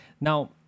Now